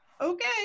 okay